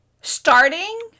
Starting